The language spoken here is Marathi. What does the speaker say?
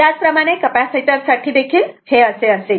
त्याच प्रमाणे कपॅसिटर साठी देखील हे असे असेल